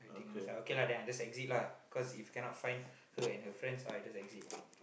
okay lah then I just exit lah cause if cannot find her and her friends all I just exit